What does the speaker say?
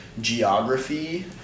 geography